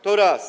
To raz.